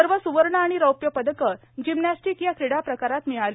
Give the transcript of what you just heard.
सर्व सुवर्ण आणि रौप्य पदक जिम्नॅस्टिक या क्रीडा प्रकारात मिळाली